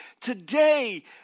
today